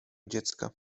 dziecka